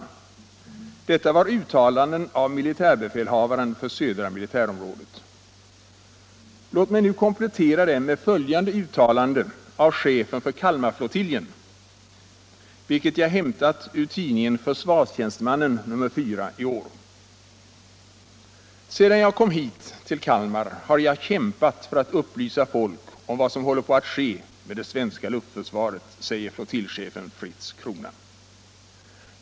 Detta var uttalanden av militärbefälhavaren för södra militärområdet. Låt mig nu komplettera dem med följande uttalande av chefen för Kalmarflottiljen, vilket jag hämtat ur tidningen Försvarstjänstemannen nr 4 i år: ”Sedan jag kom hit har jag kämpat för att upplysa folk om vad som håller på att ske med det svenska luftförsvaret, säger flottiljchefen Fritz Crona.